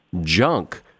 junk